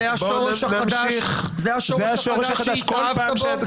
זה השורש החדש שהתאהבת בו?